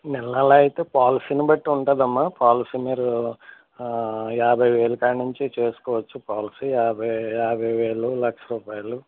నెల నెలా అయితే పాలసీని బట్టి ఉంటుందమ్మ పాలసీ మీరు యాభై వేలు కాడ నుంచి చేసుకోవచ్చు పాలసీ యాభై యాభై వేలు లక్ష రూపాయలు